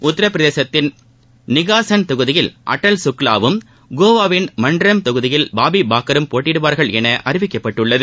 உத்தரப் பிரதேசத்தின் நிகாசன் தொகுதியில் அட்டல் சுக்லாவும் கோவாவின் மான்றரம் தொகுதியில் பாபி பாக்கரும் போட்டியிடுவார்கள் என அறிவிக்கப்பட்டுள்ளது